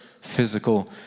physical